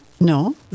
No